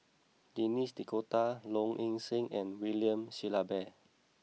Denis D'Cotta Low Ing Sing and William Shellabear